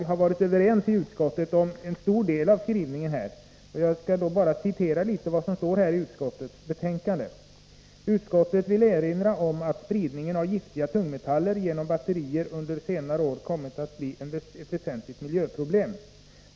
Vi har varit överens i utskottet om en stor del av skrivningen, och jag vill citera en del av vad som står i betänkandet: ”Utskottet får erinra om att spridningen av giftiga tungmetaller genom batterier under senare år kommit att bli ett väsentligt miljöproblem.